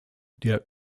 der